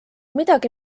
midagi